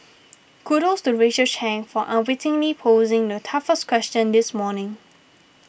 kudos to Rachel Chang for unwittingly posing the toughest question this morning